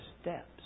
steps